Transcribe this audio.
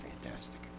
fantastic